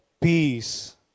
peace